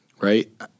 right